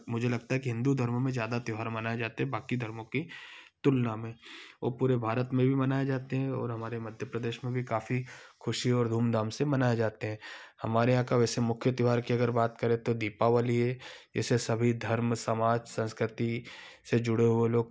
मुझे लगता है कि हिंदू धर्म में ज्यादा त्योहार मनाए जाते हैं बाकी धर्मों की तुलना में और पूरे भारत में भी मनाये जाते हैं और हमारे मध्य प्रदेश में भी काफी खुशी और धूमधाम से मनाये जाते हैं हमारे यहाँ का वैसे मुख्य त्योहार की अगर बात करें तो दीपावली है इसे सभी धर्म समाज संस्कृति से जुड़े हुए लोग